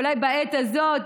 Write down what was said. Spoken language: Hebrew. אולי בעת הזאת,